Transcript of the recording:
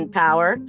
power